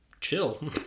chill